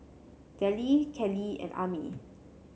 Dellie Keli and Ami